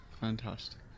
Fantastic